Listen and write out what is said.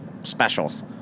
specials